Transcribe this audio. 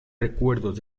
recuerdos